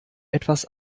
etwas